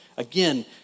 Again